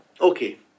Okay